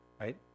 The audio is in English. Right